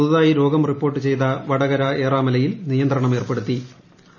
പുതുതായി ർർമ്മ് റിപ്പോർട്ട് ചെയ്ത വടകര ഏറാമലയിൽ നിയന്ത്രണം ഏർപ്പെടുത്തി്